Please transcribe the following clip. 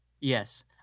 Yes